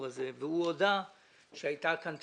הזה ואכן הוא הודה שהייתה כאן תקלה.